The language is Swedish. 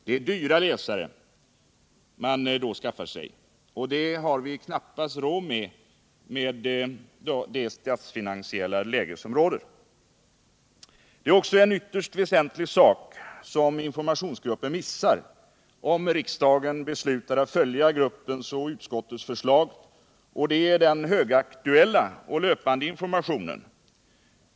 Det är dyra läsare man då skaffar sig, och det har vi knappast råd med i nuvarande statsfinansiella läge. Det är också en ytterst väsentlig sak som informationsgruppen missar, om riksdagen beslutar att följa gruppens och utskottets förslag, och det är den högaktuella och löpande informationen.